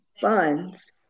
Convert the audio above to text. funds